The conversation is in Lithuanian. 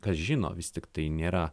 kas žino vis tiktai nėra